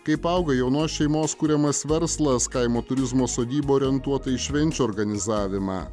kaip auga jaunos šeimos kuriamas verslas kaimo turizmo sodyba orientuota į švenčių organizavimą